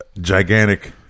gigantic